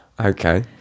Okay